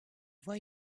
voie